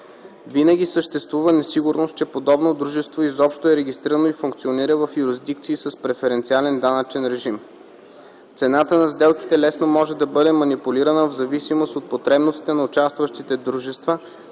винаги съществува несигурност, че подобно дружество изобщо е регистрирано и функционира в юрисдикции с преференциален данъчен режим; - цената на сделките лесно може да бъде манипулирана в зависимост от потребностите на участващите дружества;